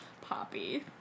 Poppy